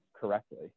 correctly